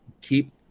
keep